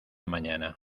mañana